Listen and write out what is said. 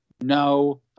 No